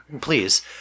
Please